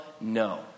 no